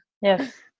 Yes